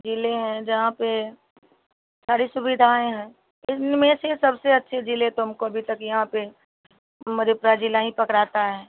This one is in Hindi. ज़िले हैं जहाँ पर सारी सुविधाएँ हैं इनमें से सबसे अच्छे ज़िले तो हमको अभी तक यहाँ पर मधेपुरा ज़िला ही पकड़ाता है